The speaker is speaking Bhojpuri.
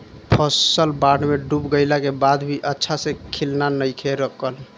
फसल बाढ़ में डूब गइला के बाद भी अच्छा से खिलना नइखे रुकल